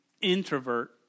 introvert